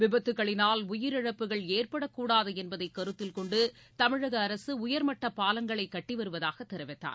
விபத்துகளினால் உயிரிழப்புகள் ஏற்படக்கூடாது என்பதை கருத்தில் கொண்டு தமிழக அரசு உயர் மட்டப் பாலங்களை கட்டி வருவதாக தெரிவித்தார்